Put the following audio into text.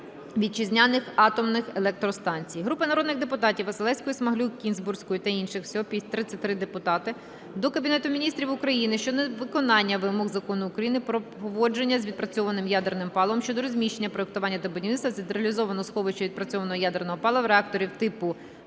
вітчизняних атомних електростанцій". Групи народних депутатів (Василевської-Смаглюк, Кінзбурської та інших, всього 33 депутати) до Кабінету Міністрів України щодо невиконання вимог Закону України "Про поводження з відпрацьованим ядерним паливом щодо розміщення, проектування та будівництва централізованого сховища відпрацьованого ядерного палива реакторів типу